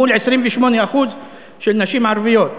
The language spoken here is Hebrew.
מול 28% של נשים ערביות,